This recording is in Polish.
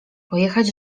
pojechać